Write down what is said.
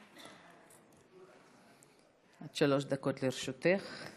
עד שלוש דקות לרשותך.